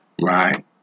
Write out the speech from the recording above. right